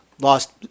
lost